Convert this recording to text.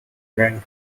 when